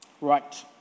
Right